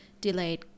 delayed